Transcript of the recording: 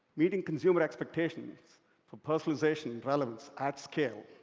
meeting consumer expectations for personalization and relevance, at scale.